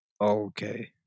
Okay